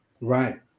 Right